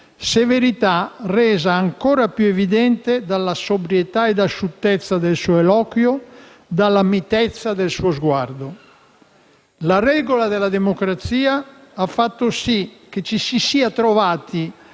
severità resa ancora più evidente dalla sobrietà ed asciuttezza del suo eloquio, dalla mitezza del suo sguardo. La regola della democrazia ha fatto sì che ci si sia trovati